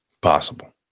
Possible